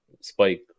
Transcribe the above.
spike